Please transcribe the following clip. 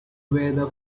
weather